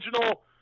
original